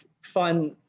fun